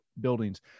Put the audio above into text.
buildings